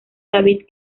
david